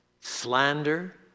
slander